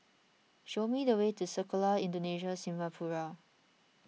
show me the way to Sekolah Indonesia Singapura